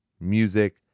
Music